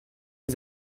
les